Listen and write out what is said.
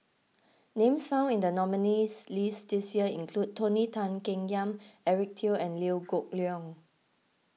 names found in the nominees' list this year include Tony Tan Keng Yam Eric Teo and Liew Geok Leong